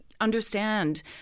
understand